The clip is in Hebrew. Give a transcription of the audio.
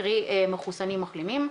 קרי מחוסנים/מחלימים,